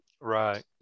Right